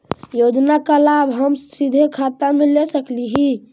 योजना का लाभ का हम सीधे खाता में ले सकली ही?